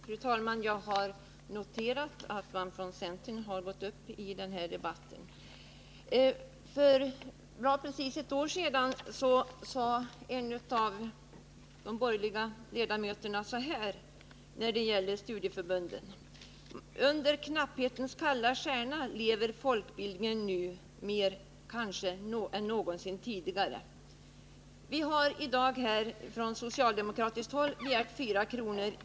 Fru talman! Jag har noterat att man från centern har gått upp i denna debatt. För ungefär ett år sedan sade en av de borgerliga ledamöterna så här när det gällde studieförbunden: ”Under knapphetens kalla stjärna lever folkbildningen nu mer än kanske någonsin tidigare ——-". Vi har i dag här från socialdemokratiskt håll begärt 4 kr.